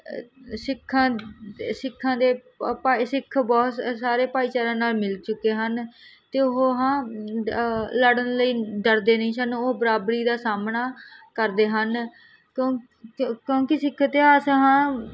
ਸਿੱਖਾਂ ਸਿੱਖਾਂ ਦੇ ਭਾਈ ਸਿੱਖ ਬਹੁਤ ਸਾਰੇ ਭਾਈਚਾਰਿਆਂ ਨਾਲ ਮਿਲ ਚੁੱਕੇ ਹਨ ਅਤੇ ਉਹ ਹਾਂ ਲੜਨ ਲਈ ਡਰਦੇ ਨਹੀਂ ਸਾਨੂੰ ਉਹ ਬਰਾਬਰੀ ਦਾ ਸਾਹਮਣਾ ਕਰਦੇ ਹਨ ਕਿਉਂਕਿ ਕਿਉਂਕਿ ਸਿੱਖ ਇਤਿਹਾਸ ਹਾਂ